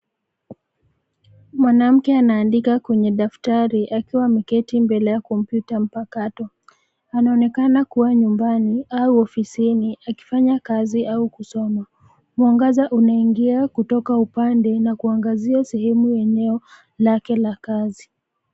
Mwanamke anaandika kwenye daftari akiwa ameketi mbele ya kompyuta mpakato. Anaonekana kua nyumbani au ofisini akifanya kazi au kusoma. Mwangaza unaingia kutoka upande na kuangazia sehemu ya eneo lake la kazi.